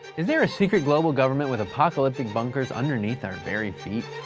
is there a secret global government with apocalyptic bunkers underneath our very feet?